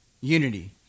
unity